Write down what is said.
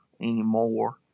anymore